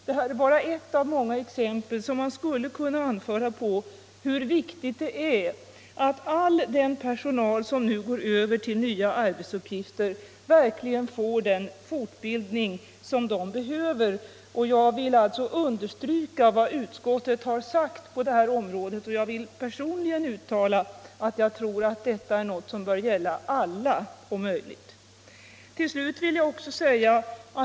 Detta är bara ett av många exempel som kan anföras på hur viktigt det är att all den personal som går över till nya arbetsuppgifter får den utbildning den behöver. Jag vill alltså understryka vad utskottet här har sagt och jag vill personligen uttala att jag tror att detta om möjligt bör gälla alla.